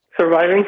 surviving